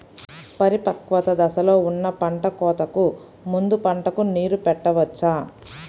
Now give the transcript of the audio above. పరిపక్వత దశలో ఉన్న పంట కోతకు ముందు పంటకు నీరు పెట్టవచ్చా?